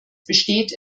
besteht